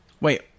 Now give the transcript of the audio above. Wait